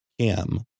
Cam